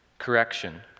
Correction